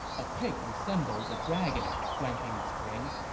a pig resembles a dragon, guan ping explained.